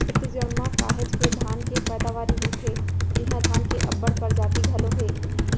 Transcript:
छत्तीसगढ़ म काहेच के धान के पैदावारी होथे इहां धान के अब्बड़ परजाति घलौ हे